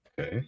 okay